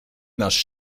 nasz